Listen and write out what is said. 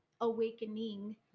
awakening